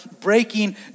breaking